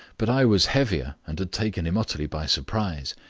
but i was heavier and had taken him utterly by surprise.